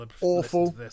awful